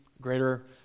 greater